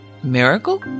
Miracle